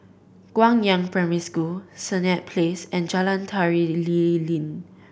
Guangyang Primary School Senett Place and Jalan Tari Lilin